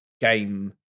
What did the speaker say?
game